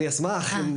אני אשמח.